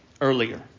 earlier